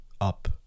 up